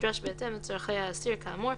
כנדרש בהתאם לצרכי האסיר כאמור,